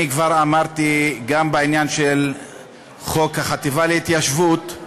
אני כבר אמרתי גם בעניין של חוק החטיבה להתיישבות,